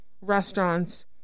restaurants